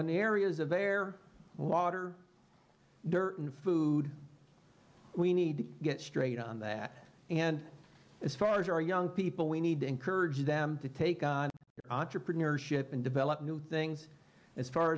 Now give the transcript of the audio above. the areas of air water dirt and food we need to get straight on that and as far as our young people we need to encourage them to take entrepreneurship and develop new things as far